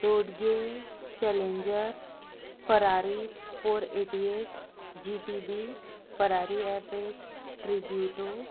Dodge Challenger Ferrari four eighty eight G T B Ferrari F eight Tributo